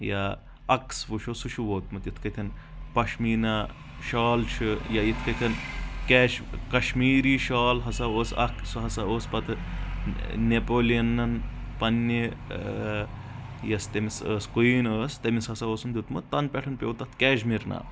یا عکس وٕچھو سُہ چھ ووتمُت یِتھ کٲٹھۍ پشمیٖنا شال چھُ یا یِتھ کٲٹھۍ کیش کشمیٖرس شال ہسا اوس اکھ سُہ ہسا اوس پتہٕ نیپولینن پننہِ یۄس تٔمِس ٲس کُویٖن ٲس تٔمِس ہسا اوسُن دیُمُت تنہٕ پٮ۪ٹھ پٮ۪وٚو تتھ کیشمیٖر ناو